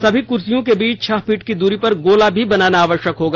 सभी कुर्सियों के बीच छह फीट की दूरी पर गोला भी बनाना होगा